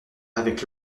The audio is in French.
avec